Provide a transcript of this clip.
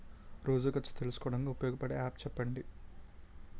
రోజు ఖర్చు తెలుసుకోవడానికి ఉపయోగపడే యాప్ చెప్పండీ?